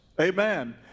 Amen